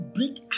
break